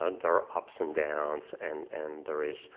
and are ups and downs and and there is,